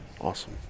awesome